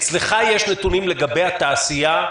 אצלך יש נתונים לגבי התעשייה?